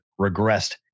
regressed